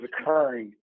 occurring